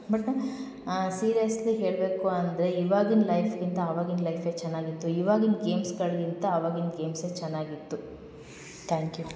but seriously ಹೇಳಬೇಕು ಅಂದರೆ ಇವಾಗಿನ ಲೈಫ್ಗಿಂತ ಅವಾಗಿನ ಲೈಫೆ ಚೆನ್ನಾಗಿತ್ತು ಇವಾಗಿಂದ ಗೇಮ್ಸ್ಗಳ್ಗಿಂತ ಅವಾಗಿನ ಗೇಮ್ಸೆ ಚೆನ್ನಾಗಿತ್ತು ತ್ಯಾಂಕ್ ಯು